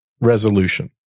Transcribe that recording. resolution